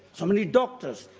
so many doctors,